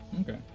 Okay